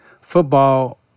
football